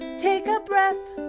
take a breath,